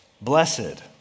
Blessed